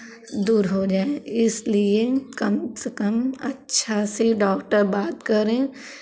दूर हो जाऍं इसलिए कम से कम अच्छा से डॉक्टर बात करें